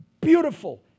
beautiful